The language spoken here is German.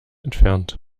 entfernt